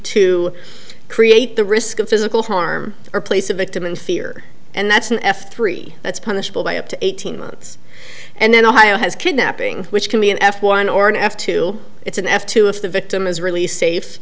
to create the risk of physical harm or place a victim in fear and that's an f three that's punishable by up to eighteen months and then ohio has kidnapping which can be an f one or an f two it's an f two if the victim is really safe